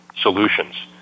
solutions